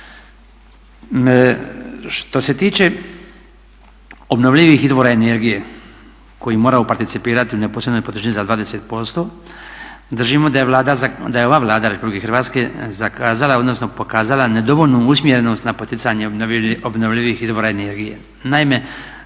Što se tiče obnovljivih izvora energije koji moraju participirati u neposrednoj … za 20%, držimo da je ova Vlada Republike Hrvatske zakazala odnosno pokazala nedovoljnu usmjerenost na poticanje obnovljivih izvora energije.